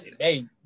Hey